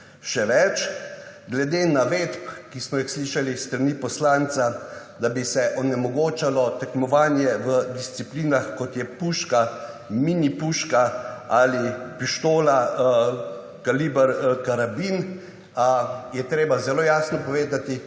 Še več. Glede navedb, ki smo jih slišali s strani poslanca, da bi se onemogočalo tekmovanje v disciplinah kot je puška, mini puška ali pištola kaliber »karabin« je treba zelo jasno povedati,